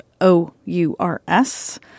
O-U-R-S